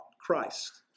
Christ